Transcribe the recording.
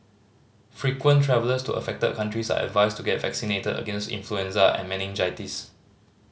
frequent travellers to affected countries are advised to get vaccinated against influenza and meningitis